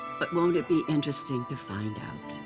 but won't it be interesting to find out?